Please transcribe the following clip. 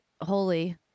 holy